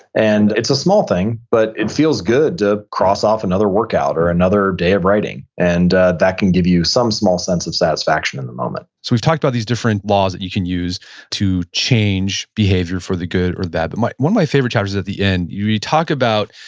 and it's a small thing, but it feels good to cross off another workout or another day of writing. and that can give you some small sense of satisfaction in the moment so we've talked about these different laws that you can use to change behavior for the good or the but better. one of my favorite chapters at the end, you you talk about,